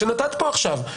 שנתת פה עכשיו.